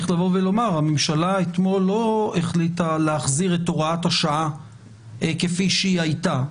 הממשלה אתמול לא החליטה להחזיר את הוראת השעה כפי שהיא הייתה,